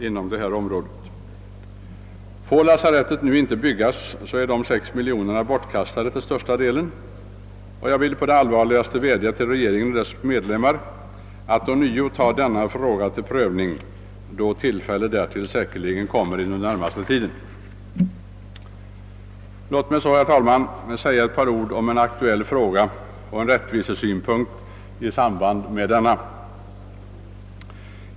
Får lasarettet nu inte byggas är de till största delen bortkastade. Jag vill på det allvarligaste vädja till regeringen att ånyo ta upp denna fråga till prövning, då tillfälle därtill säkerligen kommer. Låt mig så, herr talman, säga ett par ord om en aktuell fråga och en rättvisesynpunkt i samband med denna.